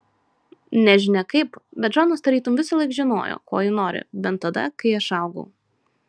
nežinia kaip bet džonas tarytum visąlaik žinojo ko ji nori bent tada kai aš augau